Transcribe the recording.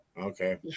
Okay